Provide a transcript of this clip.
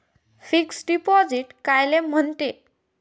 Fix deposit कायले म्हनते?